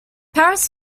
parris